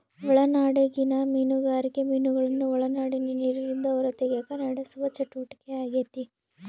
ಒಳನಾಡಿಗಿನ ಮೀನುಗಾರಿಕೆ ಮೀನುಗಳನ್ನು ಒಳನಾಡಿನ ನೀರಿಲಿಂದ ಹೊರತೆಗೆಕ ನಡೆಸುವ ಚಟುವಟಿಕೆಯಾಗೆತೆ